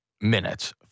minutes